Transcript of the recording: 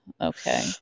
Okay